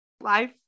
life